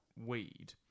weed